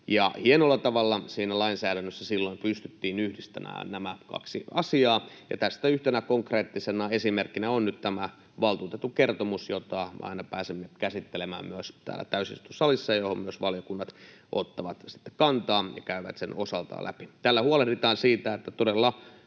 Hienolla tavalla siinä lainsäädännössä silloin pystyttiin yhdistämään nämä kaksi asiaa, ja tästä yhtenä konkreettisena esimerkkinä on nyt tämä valtuutetun kertomus, jota aina pääsemme käsittelemään myös täällä täysistuntosalissa ja johon myös valiokunnat ottavat kantaa ja käyvät sen osaltaan läpi. Tällä huolehditaan siitä, että todella